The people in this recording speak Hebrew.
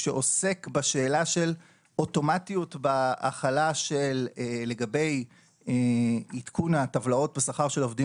שעוסק בשאלה של אוטומטיות בהחלה לגבי עדכון הטבלאות בשכר של עובדים